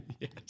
Yes